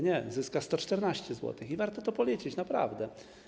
Nie, zyska 114 zł i warto to policzyć, naprawdę.